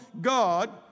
God